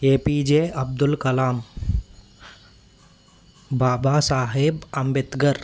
A P J Abdul Kalam Baba Saheb Ambedkar